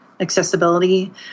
accessibility